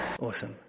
Awesome